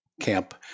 camp